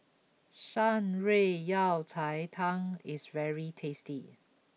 Shan Rui Yao Cai Tang is very tasty